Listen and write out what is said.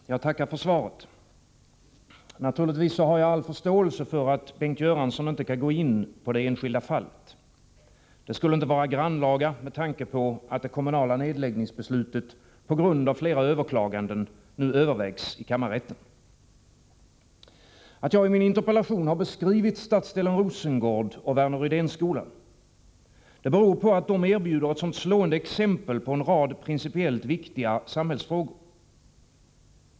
Fru talman! Jag tackar för svaret. Naturligtvis har jag all förståelse för att Bengt Göransson inte kan gå in på det enskilda fallet. Det skulle inte vara grannlaga, med tanke på att det kommunala nedläggningsbeslutet på grund av flera överklaganden nu övervägs i kammarrätten. Att jag i min interpellation har beskrivit stadsdelen Rosengård och Värner Rydén-skolan beror på att de erbjuder ett så slående exempel på en rad principiellt viktiga samhällsfrågor.